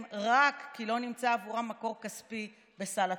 רק כי לא נמצא עבורה מקור כספי בסל התרופות,